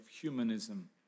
humanism